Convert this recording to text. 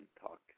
talk